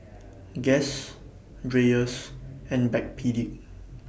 Guess Dreyers and Backpedic